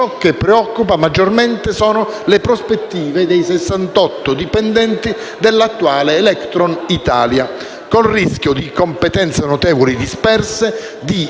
che preoccupa maggiormente sono le prospettive dei 68 dipendenti dell'attuale Electron Italia, con il rischio di competenze notevoli disperse, di